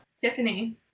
Tiffany